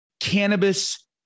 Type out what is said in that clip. cannabis